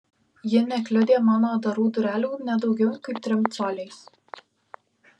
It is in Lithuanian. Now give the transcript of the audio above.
ji nekliudė mano atdarų durelių ne daugiau kaip trim coliais